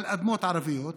על אדמות ערביות,